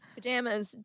Pajamas